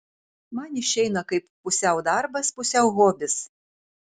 man išeina kaip pusiau darbas pusiau hobis